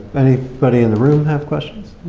anybody in the room have questions?